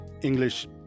English